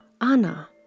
Anna